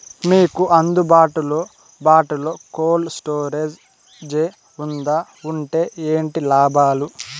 మీకు అందుబాటులో బాటులో కోల్డ్ స్టోరేజ్ జే వుందా వుంటే ఏంటి లాభాలు?